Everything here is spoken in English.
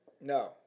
No